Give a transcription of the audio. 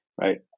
right